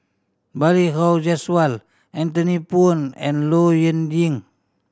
Balli Kaur Jaswal Anthony Poon and Low Yen Ying